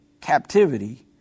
captivity